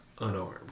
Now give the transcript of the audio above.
unarmed